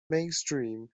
mainstream